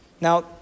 Now